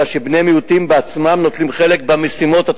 אלא שבני-מיעוטים בעצמם נוטלים חלק במשימות.